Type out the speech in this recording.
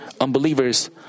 unbelievers